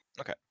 Okay